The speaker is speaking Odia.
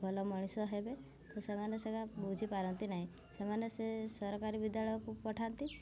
ଭଲ ମଣିଷ ହେବେ ତ ସେମାନେ ସେଗା ବୁଝିପାରନ୍ତି ନାହିଁ ସେମାନେ ସେ ସରକାରୀ ବିଦ୍ୟାଳୟକୁ ପଠାନ୍ତି